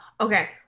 Okay